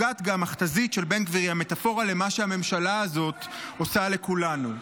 הרוגטקה/מכת"זית של בן גביר היא המטאפורה למה שהממשלה הזאת עושה לכולנו.